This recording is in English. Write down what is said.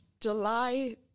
July